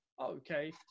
Okay